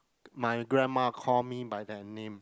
my grandma call me by that name